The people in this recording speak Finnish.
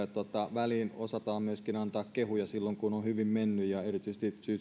väliin osataan myöskin antaa kehuja silloin kun on hyvin mennyt ja erityisesti